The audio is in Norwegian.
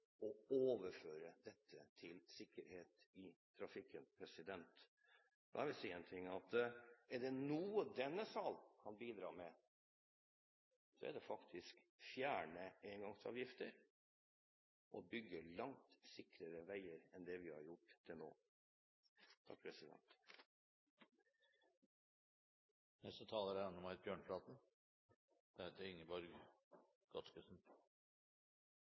å overføre dette til sikkerhet i trafikken. Jeg vil si én ting: Er det noe denne sal kan bidra med, er det faktisk å fjerne engangsavgifter og bygge langt sikrere veier enn det vi har gjort til nå. Det er